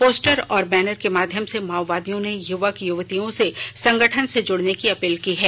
poster और banner के माध्यम से माओवादियों ने युवक युवतियों से संगठन से जुड़ने की अपील की है